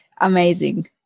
amazing